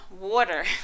water